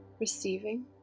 Receiving